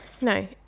No